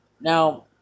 Now